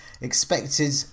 expected